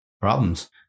problems